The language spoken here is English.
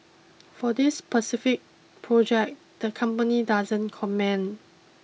for this specific project the company doesn't comment